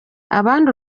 abandi